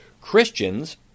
Christians